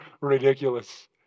ridiculous